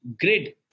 grid